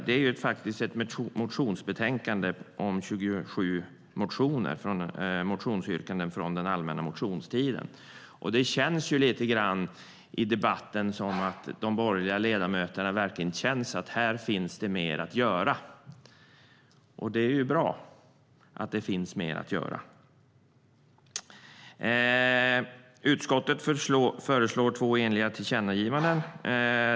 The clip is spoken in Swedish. Det är ett motionsbetänkande med 27 motionsyrkanden från den allmänna motionstiden. Det känns lite grann i debatten som att de borgerliga ledamöterna tycker att det här finns mer att göra. Det är bra att det finns mer att göra. Utskottet föreslår två eniga tillkännagivanden.